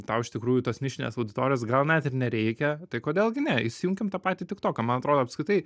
tau iš tikrųjų tos nišinės auditorijos gal net ir nereikia tai kodėl gi ne įsijunkim tą patį tiktoką man atrodo apskritai